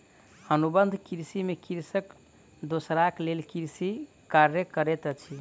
अनुबंध कृषि में कृषक दोसराक लेल कृषि कार्य करैत अछि